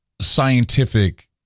scientific